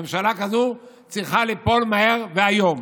ממשלה כזאת צריכה ליפול מהר והיום.